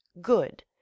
good